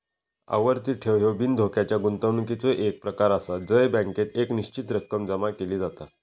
आवर्ती ठेव ह्यो बिनधोक्याच्या गुंतवणुकीचो एक प्रकार आसा जय बँकेत एक निश्चित रक्कम जमा केली जाता